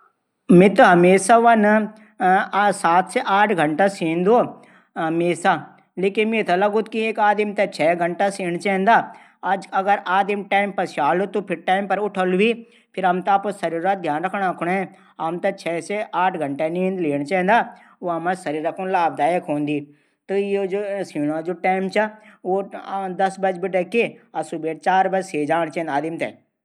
मित वन हमेशा सात से आठ घःटा सींदू। लेकिन मेथे लगदू की एक आदमी छ घंटा सीण चैंद। अगर आदमी टैम पर स्यालू त टैम पर उठलू भी। हमथै अपडू शरीर थै स्वस्थ रखणू कू कम से कम छ घंटा त सींण चैद।